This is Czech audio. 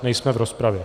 Nejsme v rozpravě.